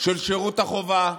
של שירות החובה,